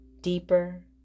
deeper